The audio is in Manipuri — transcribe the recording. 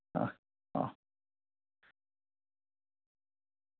ꯑꯥ ꯑꯣ